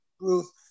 Ruth